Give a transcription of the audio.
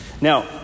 Now